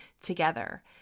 together